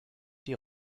die